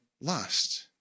lust